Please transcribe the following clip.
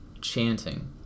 chanting